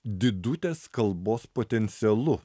didutės kalbos potencialu